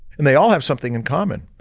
and they all have something in common,